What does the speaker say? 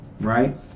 right